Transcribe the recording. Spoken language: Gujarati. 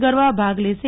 ગરવા ભાગ લેશે